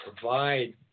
provide